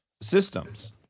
systems